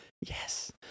Yes